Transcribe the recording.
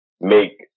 make